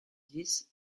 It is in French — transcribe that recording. dix